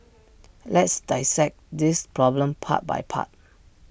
let's dissect this problem part by part